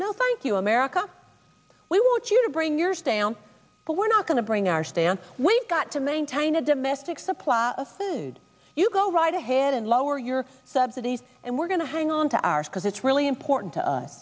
no thank you america we want you to bring your stamp but we're not going to bring our stance we've got to maintain a domestic supply of food you go right ahead and lower your subsidies and we're going to hang on to ours because it's really important to us